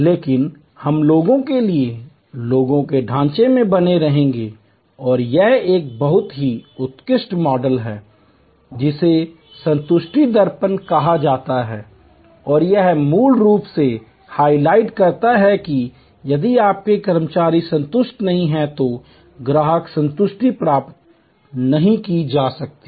लेकिन हम लोगों के लिए लोगों के ढांचे में बने रहेंगे और यह एक बहुत ही उत्कृष्ट मॉडल है जिसे संतुष्टि दर्पण कहा जाता है और यह मूल रूप से हाइलाइट करता है कि यदि आपके कर्मचारी संतुष्ट नहीं हैं तो ग्राहक संतुष्टि प्राप्त नहीं की जा सकती है